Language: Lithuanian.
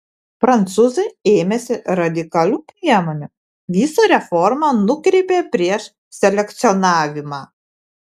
prancūzai ėmėsi radikalių priemonių visą reformą nukreipė prieš selekcionavimą